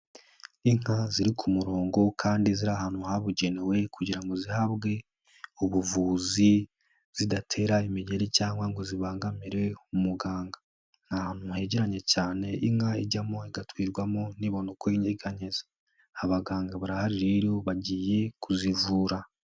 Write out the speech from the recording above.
Inka ziri ku murongo kandi ziri ahantu habugenewe kugira ngo zihabwe ubuvuzi zidatera imigeri cyangwa ngo zibangamire umuganga. Ni ahantu hegeranye cyane inka ijyamo igatwirwamo ntibone uko yinyeganyeza. Abaganga barahari rero bagiye kuzivura.